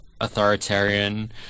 authoritarian